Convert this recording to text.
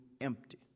empty